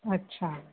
अच्छा